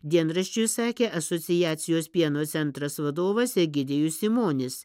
dienraščiui sakė asociacijos pieno centras vadovas egidijus simonis